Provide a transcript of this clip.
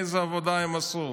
איזו עבודה הם עשו,